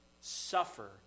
suffer